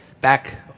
back